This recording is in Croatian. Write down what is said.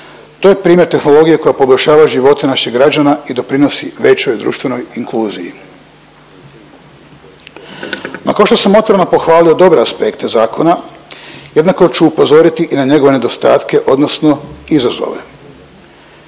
To je primjer tehnologije koja poboljšava živote naših građana i doprinosi većoj društvenoj inkluziji. No, kao što sam otvoreno pohvalio dobre aspekte zakona, jednako ću upozoriti i na njegove nedostatke odnosno izazove.